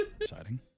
Exciting